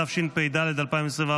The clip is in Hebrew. התשפ"ד 2024,